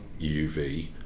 UV